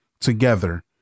together